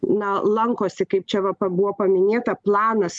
na lankosi kaip čia va pabuvo paminėta planas